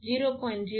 05 C 0